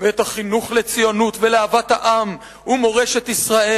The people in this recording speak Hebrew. "ואת החינוך לציונות ולאהבת העם ומורשת ישראל.